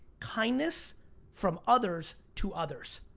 kindness from others to others.